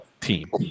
team